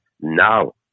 Now